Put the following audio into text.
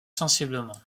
sensiblement